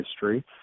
history